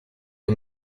une